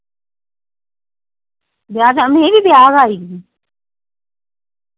ब्याह् ते में बी ब्याह् गै आई दी आं